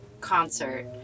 concert